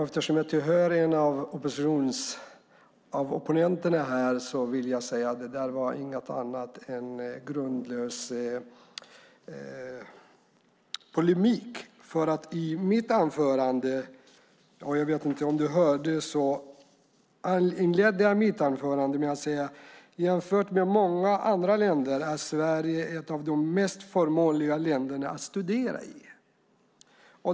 Eftersom jag är en av opponenterna här vill jag säga att det uttalandet inte är annat än grundlös polemik. Jag inledde mitt anförande - jag vet inte om du, Oskar Öholm, hörde detta - med att säga: Jämfört med många andra länder är Sverige ett av de mest förmånliga länderna att studera i.